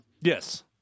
Yes